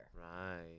right